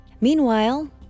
Meanwhile